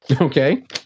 Okay